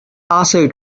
also